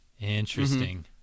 Interesting